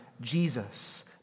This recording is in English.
Jesus